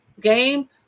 game